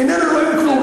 איננו רואים כלום.